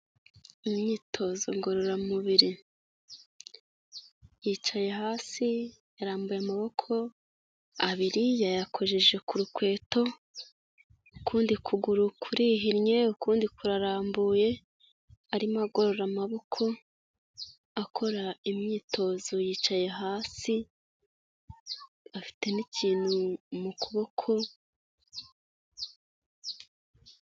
Imyitozo ngororamubiri. Yicaye hasi, yarambuye amaboko abiri, yayakojeje ku rukweto, ukundi kuguru kurihinnye, ukundi kurarambuye, arimo agorora amaboko akora imyitozo, yicaye hasi, afite n'ikintu mu kuboko